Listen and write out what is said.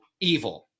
evil